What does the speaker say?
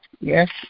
Yes